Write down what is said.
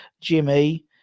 Jimmy